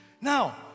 Now